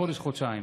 חודש-חודשיים.